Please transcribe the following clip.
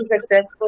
successful